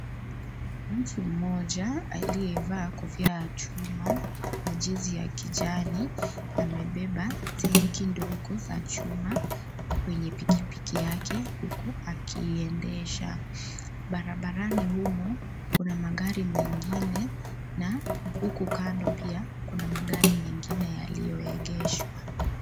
Mtu mmoja aliyevaa kofia ya chuma, na jezi ya kijani, amebeba tenki ndogo za chuma kwenye pikipiki yake huku akiiendesha. Barabarani humo kuna magari mengine na huku kando pia kuna magari mengine yaliyoegeshwa.